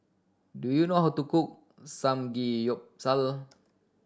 do you know how to cook Samgeyopsal